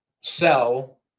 sell